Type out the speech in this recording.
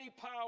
power